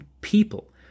people